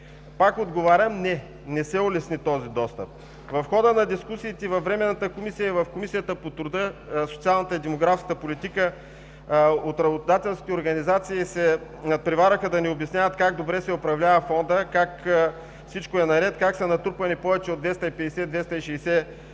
Пак отговарям: не! Не се улесни този достъп. В хода на дискусиите във Временната комисия и в Комисията по труда, социалната и демографската политика работодателски организации се надпреварваха да ни обясняват как добре се управлява Фондът, как всичко е наред, как са натрупани повече от 250-260 милиона